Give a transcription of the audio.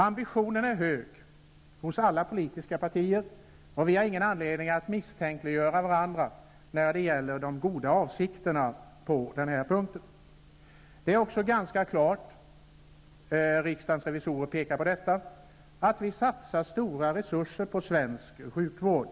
Ambitionen hos alla politiska partier är hög, och vi har ingen anledning att misstänkliggöra varandra i fråga om de goda avsikterna. Det är också klarlagt -- vilket även riksdagens revisorer pekar på -- att vi satsar stora resurser på svensk sjukvård.